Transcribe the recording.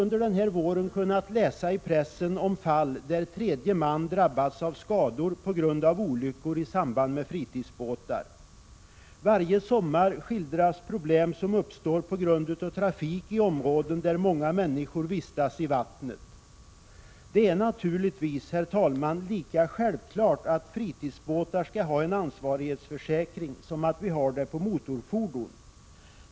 Under våren har vi kunnat läsa i pressen om fall där tredje man drabbats av skador på grund av olyckor i samband med fritidsbåtar. Varje sommar skildras problem som uppstår på grund av trafik i områden där många människor vistas i vattnet. Det är naturligtvis, herr talman, lika självklart att vi skall ha ansvarsförsäkring för fritidsbåtar som att vi har det för motorfordon.